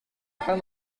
akan